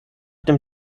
dem